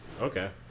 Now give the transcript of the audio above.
Okay